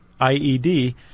IED